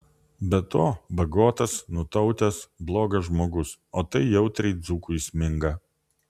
be to bagotas nutautęs blogas žmogus o tai jautriai dzūkui įsminga